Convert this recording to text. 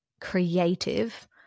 creative